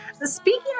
Speaking